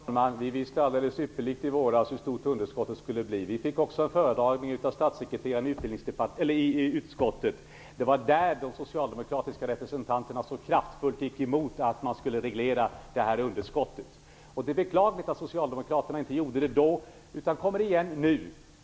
Herr talman! Vi visste alldeles ypperligt i våras hur stort underskottet skulle bli. Vi fick också en föredragning av statssekreteraren i utskottet. Det var där de socialdemokratiska representanterna så kraftfullt gick emot förslaget om att reglera underskottet. Det är beklagligt att Socialdemokraterna inte gjorde det då utan kommer igen nu.